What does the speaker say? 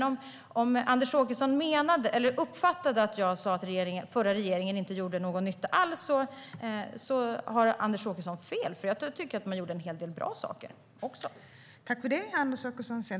Om Anders Åkesson uppfattade att jag sa att förra regeringen inte gjorde någon nytta alls uppfattade Anders Åkesson fel, för jag tycker att man gjorde en hel del bra saker också.